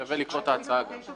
אני מבקר מזה כעשור, בעיקר בגוש דן.